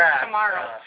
tomorrow